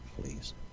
please